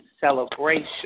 Celebration